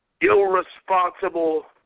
irresponsible